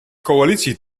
coalitie